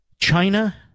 China